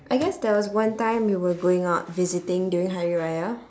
I guess there was one time we were going out visiting during hari raya